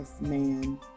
man